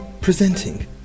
presenting